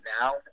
now